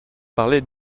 parlait